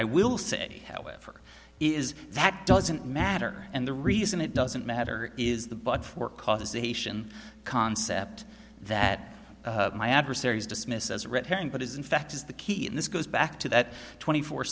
i will say however is that doesn't matter and the reason it doesn't matter is the but for causation concept that my adversaries dismiss as red herring but is in fact is the key in this goes back to that twenty four